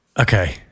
Okay